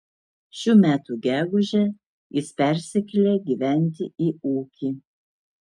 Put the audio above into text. šių metų gegužę jis persikėlė gyventi į ūkį